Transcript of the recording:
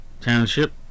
Township